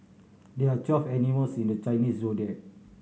there are twelve animals in the Chinese Zodiac